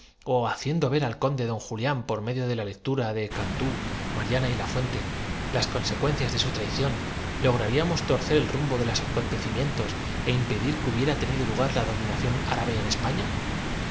ó haciendo ver al conde don julián por medio de la lectura de cantú mariana y lafuente las consecuencias de su traición lograría mos torcer el rumbo de los acontecimientos é impedir que hubiera tenido lugar la dominación árabe en